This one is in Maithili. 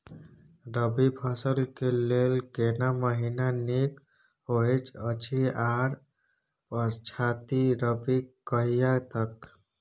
रबी फसल के लेल केना महीना नीक होयत अछि आर पछाति रबी कहिया तक?